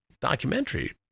documentary